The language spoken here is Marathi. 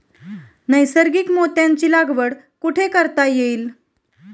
नैसर्गिक मोत्यांची लागवड कुठे करता येईल?